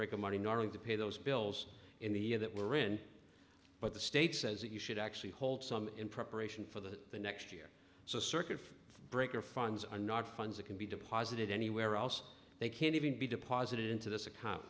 breaker money not going to pay those bills in the year that we're in but the state says that you should actually hold some in preparation for the next year so circuit breaker funds are not funds that can be deposited anywhere else they can even be deposited into this account